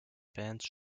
bands